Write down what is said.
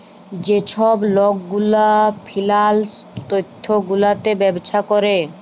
যে ছব লক গুলা ফিল্যাল্স তথ্য গুলাতে ব্যবছা ক্যরে